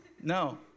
No